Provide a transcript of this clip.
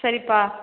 சரிப்பா